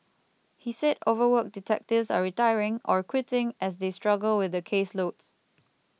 he said overworked detectives are retiring or quitting as they struggle with the caseloads